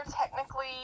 technically